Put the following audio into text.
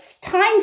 time